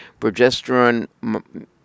progesterone